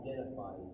identifies